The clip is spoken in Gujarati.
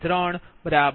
3 0